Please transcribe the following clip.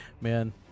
Man